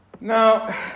Now